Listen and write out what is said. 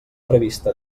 prevista